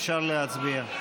אפשר להצביע.